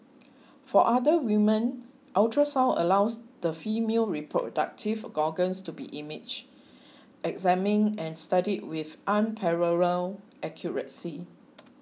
for other woman ultrasound allows the female reproductive organs to be imaged examined and studied with unparalleled accuracy